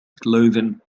clothing